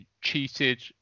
cheated